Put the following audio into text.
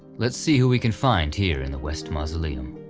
let's see who we can find here in the west mausoleum.